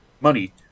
money